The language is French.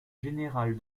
général